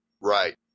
Right